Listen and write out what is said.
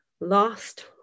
Lost